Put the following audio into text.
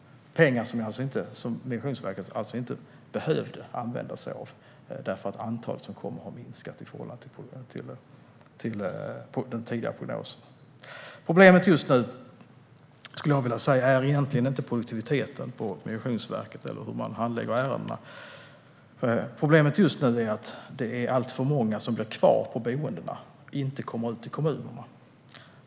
Detta är pengar som Migrationsverket inte behövde använda sig av, eftersom antalet som kommer hit har minskat i förhållande till den tidigare prognosen. Problemet just nu, skulle jag vilja säga, är egentligen inte produktiviteten på Migrationsverket eller hur man handlägger ärendena. Problemet just nu är att det är alltför många som blir kvar på boendena och som inte kommer ut i kommunerna.